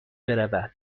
برود